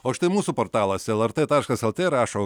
o štai mūsų portalas lrt taškas lt rašo